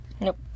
Nope